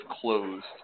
closed